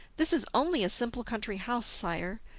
this is only a simple country house, sire,